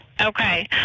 Okay